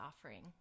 offering